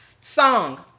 Song